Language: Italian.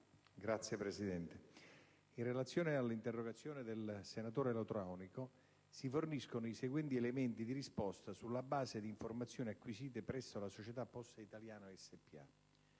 Signor Presidente, in relazione all'interrogazione del senatore Latronico, si forniscono i seguenti elementi di risposta, sulla base di informazioni acquisite presso la società Poste italiane spa.